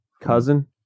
cousin